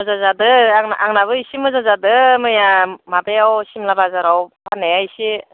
मोजां जादो आंना आंनाबो इसे मोजां जादो मैया माबायाव सिमला बाजाराव फान्नाया इसे